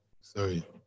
Sorry